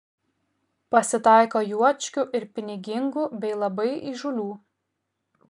pasitaiko juočkių ir pinigingų bei labai įžūlių